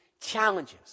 challenges